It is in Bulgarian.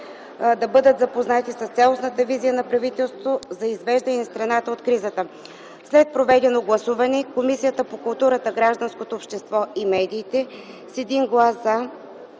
да бъдат запознати с цялостната визия на правителството за извеждане на страната от кризата. След проведено гласуване Комисията по културата, гражданското общество и медиите с 1 - „за”,